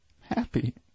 happy